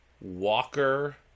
Walker